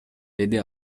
деди